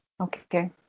Okay